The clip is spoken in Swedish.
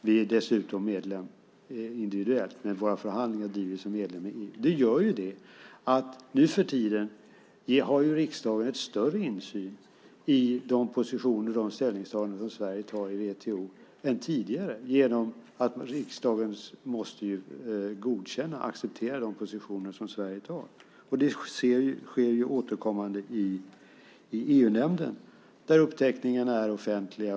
Vi är dessutom medlem individuellt, men våra förhandlingar driver vi som medlem i EU. Det betyder att riksdagen nuförtiden har en större insyn i de positioner och ställningstaganden som Sverige gör i WTO än tidigare genom att riksdagen måste acceptera och godkänna de positioner som Sverige intar. Det sker ju återkommande i EU-nämnden, där uppteckningarna är offentliga.